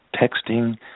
texting